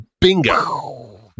Bingo